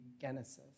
Genesis